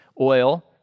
oil